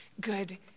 good